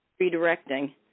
redirecting